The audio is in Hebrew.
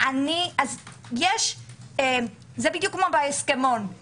זה כמו בהסכמון.